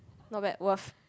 not bad worth